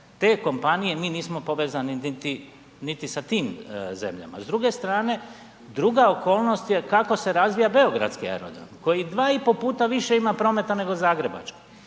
te kompanije, mi nismo povezani niti sa tim zemljama. S druge strane, druga okolnost je kako se razvija beogradski aerodrom koji 2,5 puta više ima prometa nego zagrebački